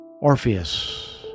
Orpheus